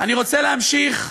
אני רוצה להמשיך: